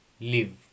live